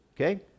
Okay